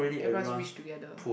everyone is rich together